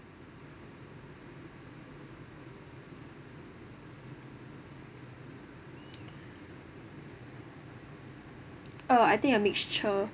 uh I think a mixture